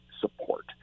support